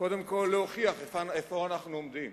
קודם כול כדי להוכיח איפה אנחנו עומדים,